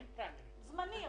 הוא זמני.